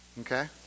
Okay